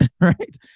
right